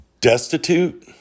destitute